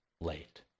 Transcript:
late